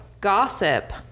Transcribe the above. gossip